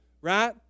right